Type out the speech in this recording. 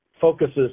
focuses